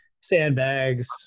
sandbags